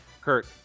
Kurt